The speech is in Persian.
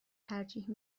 ترجیح